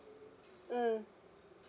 mm